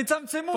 תצמצמו,